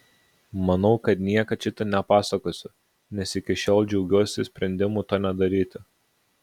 manau kad niekad šito nepasakosiu nes iki šiol džiaugiuosi sprendimu to nedaryti